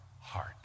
heart